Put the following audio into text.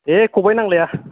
दे खबाय नांलाया